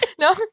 No